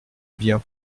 bien